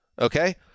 okay